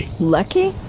Lucky